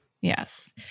Yes